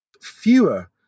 fewer